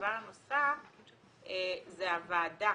הדבר הנוסף זה הוועדה